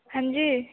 हाँ जी